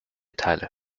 teile